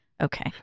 Okay